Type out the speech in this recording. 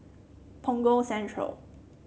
Punggol Central